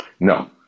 No